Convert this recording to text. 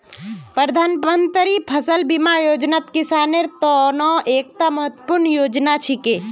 प्रधानमंत्री फसल बीमा योजनात किसानेर त न एकता महत्वपूर्ण योजना छिके